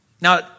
Now